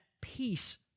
peace